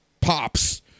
pops